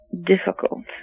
difficult